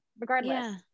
regardless